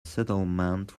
settlement